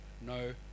no